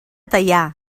teià